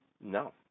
No